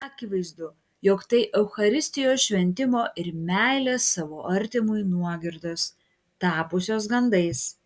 akivaizdu jog tai eucharistijos šventimo ir meilės savo artimui nuogirdos tapusios gandais